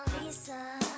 Lisa